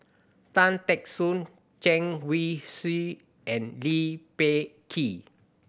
Tan Teck Soon Chen Wen Hsi and Lee Peh Gee